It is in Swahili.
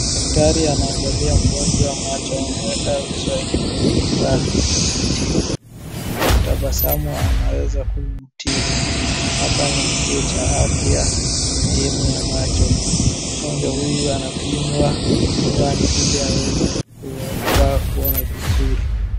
Daktari anaangalia mgonjwa macho ameweka uso wake kwenye kifaa ya kumtibu, kwa kutabasamu anaweza kumtibu. Hapa ni kituo cha afya sehemu ya macho, mgonjwa huyu anapimwa miwani ili aweze kuvaa kuona vizuri.